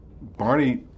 Barney